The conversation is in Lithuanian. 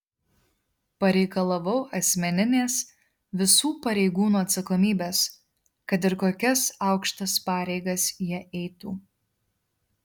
pareikalavau asmeninės visų pareigūnų atsakomybės kad ir kokias aukštas pareigas jie eitų